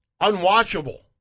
unwatchable